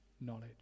knowledge